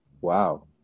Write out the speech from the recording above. Wow